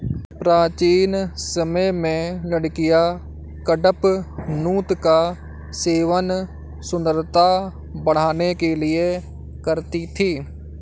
प्राचीन समय में लड़कियां कडपनुत का सेवन सुंदरता बढ़ाने के लिए करती थी